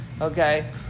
okay